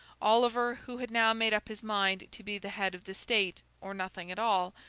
oliver, who had now made up his mind to be the head of the state, or nothing at all,